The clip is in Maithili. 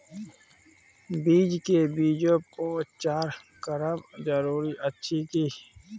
बीज के बीजोपचार करब जरूरी अछि की?